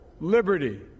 liberty